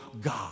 God